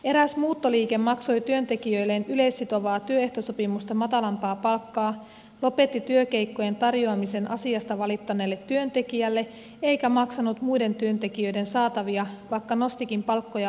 eräs muuttoliike maksoi työntekijöilleen yleissitovaa työehtosopimusta matalampaa palkkaa lopetti työkeikkojen tarjoamisen asiasta valittaneelle työntekijälle eikä maksanut muiden työntekijöiden saatavia vaikka nostikin palkkoja lailliselle tasolle